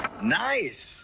nice